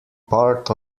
part